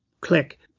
click